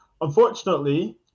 Unfortunately